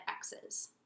X's